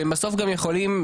שהם בסוף גם יכולים,